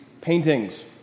paintings